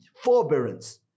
Forbearance